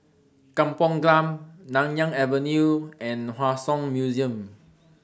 Kampong Glam Nanyang Avenue and Hua Song Museum